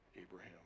Abraham